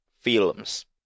films